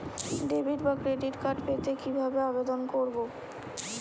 Debit বা credit card পেতে কি ভাবে আবেদন করব?